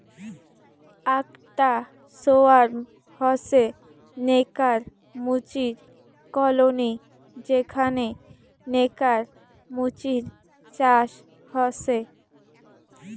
আকটা সোয়ার্ম হসে নেকার মুচির কলোনি যেখানে নেকার মুচির চাষ হসে